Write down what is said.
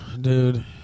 dude